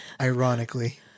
Ironically